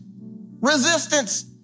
resistance